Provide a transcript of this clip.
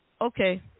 okay